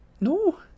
No